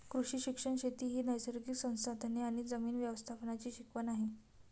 कृषी शिक्षण शेती ही नैसर्गिक संसाधने आणि जमीन व्यवस्थापनाची शिकवण आहे